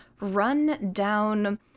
run-down